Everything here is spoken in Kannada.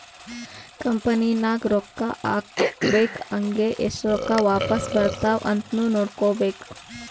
ಕಂಪನಿ ನಾಗ್ ರೊಕ್ಕಾ ಹಾಕ್ಬೇಕ್ ಹಂಗೇ ಎಸ್ಟ್ ರೊಕ್ಕಾ ವಾಪಾಸ್ ಬರ್ತಾವ್ ಅಂತ್ನು ನೋಡ್ಕೋಬೇಕ್